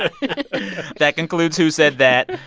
ah that concludes who said that.